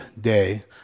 day